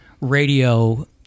radio